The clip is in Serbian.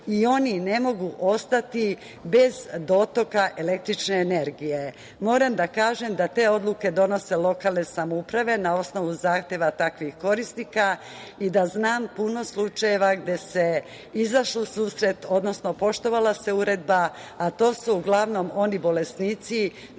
i oni ne mogu ostati bez dotoka električne energije. Moram da kažem da te odluke donose lokalne samouprave na osnovu zahteva takvih korisnika i da znam puno slučajeva gde se izašlo u susret, odnosno poštovala se uredba, a to su uglavnom oni bolesnici